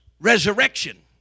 resurrection